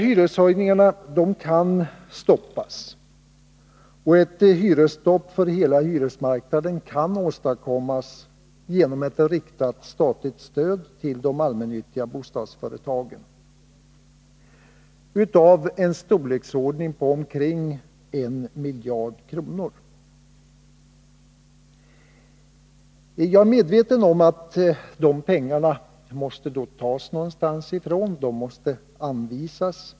Hyreshöjningarna kan dock stoppas, och ett hyresstopp för hela hyresmarknaden kan åstadkommas genom ett riktat statligt stöd till de allmännyttiga bostadsföretagen av en storleksordning på omkring 1 miljard kronor. Jag är medveten om att de pengarna måste tas någonstans och att de måste anvisas.